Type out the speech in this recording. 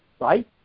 right